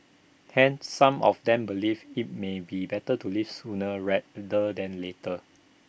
hence some of them believe IT may be better to leave sooner rather than later